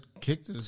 kicked